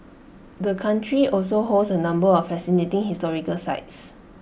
the country also holds A number of fascinating historical sites